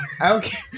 Okay